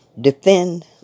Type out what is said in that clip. Defend